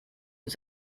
ist